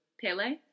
Pele